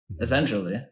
essentially